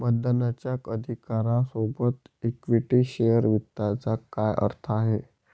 मतदानाच्या अधिकारा सोबत इक्विटी शेअर वित्ताचा काय अर्थ आहे?